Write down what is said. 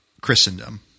christendom